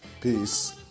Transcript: Peace